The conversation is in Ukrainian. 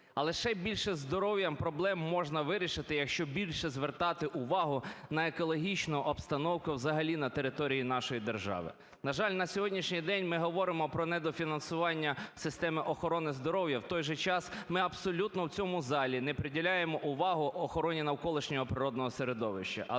А ще більше зі здоров'ям проблем можна вирішити, якщо більше звертати увагу на екологічну обстановку взагалі на території нашої держави. На жаль, на сьогоднішній день ми говоримо про недофінансування в системі охорони здоров'я, в той же час ми абсолютно в цьому залі не приділяємо увагу охорони навколишнього природного середовища.